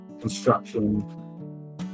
construction